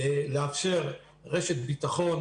לאפשר רשת ביטחון